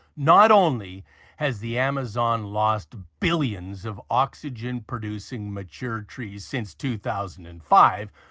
not only has the amazon lost billions of oxygen producing mature trees since two thousand and five,